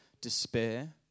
despair